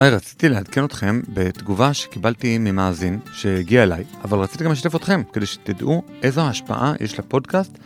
היי, רציתי להעדכן אתכם בתגובה שקיבלתי ממאזין שהגיעה אליי, אבל רציתי גם לשתף אתכם כדי שתדעו איזו ההשפעה יש לפודקאסט.